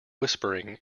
whispering